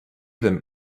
them